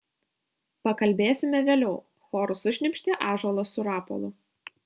pakalbėsime vėliau choru sušnypštė ąžuolas su rapolu